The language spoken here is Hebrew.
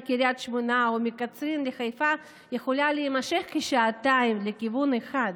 מקריית שמונה או מקצרין לחיפה יכולה להימשך כשעתיים לכיוון אחד.